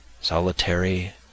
solitary